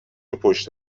پشت